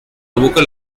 evoca